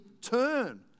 turn